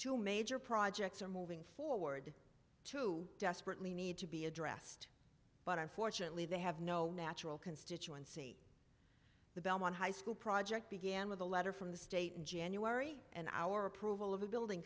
two major projects are moving forward to desperately need to be addressed but unfortunately they have no natural constituency the belmont high school project began with a letter from the state in january and our approval of a building